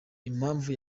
impamvu